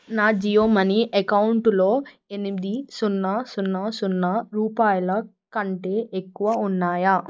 నా జియో మనీ అకౌంటులో ఎనిమిది సున్నా సున్నా సున్నా రూపాయల కంటే ఎక్కువ ఉన్నాయా